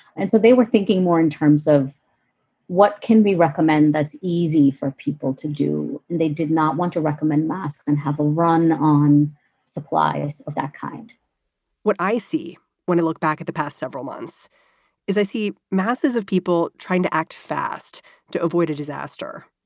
and so they were thinking more in terms of what can we recommend. that's easy for people to do. and they did not want to recommend masks and have a run on supplies of that kind what i see when i look back at the past several months is i see masses of people trying to act fast to avoid a disaster.